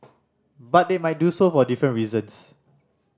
but they might do so for different reasons